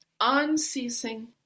Unceasing